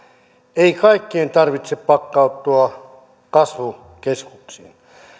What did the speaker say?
ei kaikkien tarvitse pakkautua kasvukeskuksiin